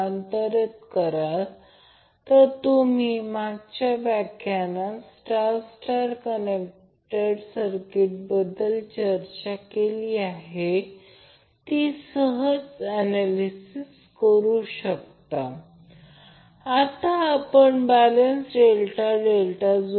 म्हणूनच या सर्व गोष्टी फेज व्होल्टेजने बदलल्या जातात कारण सोर्स ∆ आहे म्हणून लाईन व्होल्टेज फेज व्होल्टेज